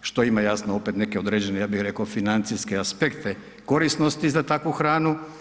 što ima jasno opet neke određene, ja bi reko, financijske aspekte korisnosti za takvu hranu.